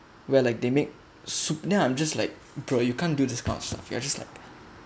where like they make soup ya I'm just like bro you can't do this kind of stuff ya just like